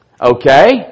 okay